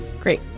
Great